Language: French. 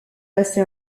passé